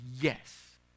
yes